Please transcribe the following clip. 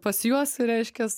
pas juos reiškias